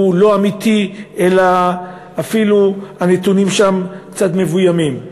לא אמיתי ואפילו הנתונים שם קצת מבוימים.